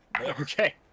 Okay